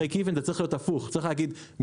נותנים לי מיליונים לסטארט-אפ והם מקימים את זה.